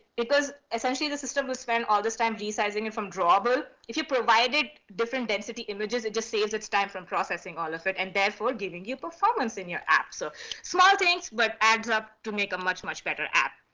because essentially the system will spend all this time resizing it from drawable, if you provide it different density images, it just saves its time from processing all of it and therefore giving you performance in your app. so small things but adds up to make a much, much better app.